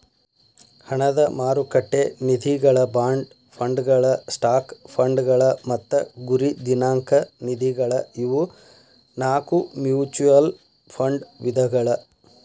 ಹಣದ ಮಾರುಕಟ್ಟೆ ನಿಧಿಗಳ ಬಾಂಡ್ ಫಂಡ್ಗಳ ಸ್ಟಾಕ್ ಫಂಡ್ಗಳ ಮತ್ತ ಗುರಿ ದಿನಾಂಕ ನಿಧಿಗಳ ಇವು ನಾಕು ಮ್ಯೂಚುಯಲ್ ಫಂಡ್ ವಿಧಗಳ